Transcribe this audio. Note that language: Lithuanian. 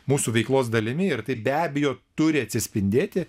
mūsų veiklos dalimi ir tai be abejo turi atsispindėti